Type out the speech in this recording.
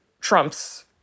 Trump's